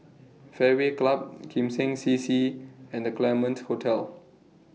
Fairway Club Kim Seng C C and The Claremont Hotel